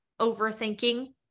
overthinking